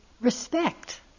respect